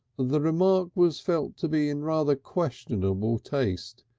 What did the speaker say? the remark was felt to be in rather questionable taste,